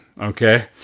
Okay